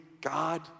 God